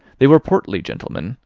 they were portly gentlemen,